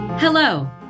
Hello